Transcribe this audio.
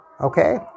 Okay